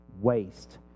waste